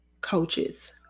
coaches